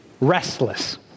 restless